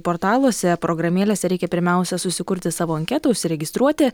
portaluose programėlėse reikia pirmiausia susikurti savo anketą užsiregistruoti